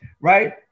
right